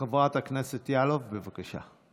חברת הכנסת יאלוב, בבקשה.